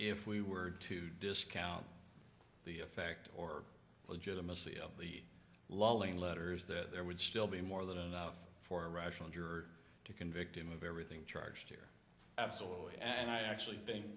if we were to discount the effect or legitimacy of the lulling letters that there would still be more than enough for a rational juror to convict him of everything charged here absolutely and i actually think